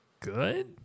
good